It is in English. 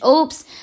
Oops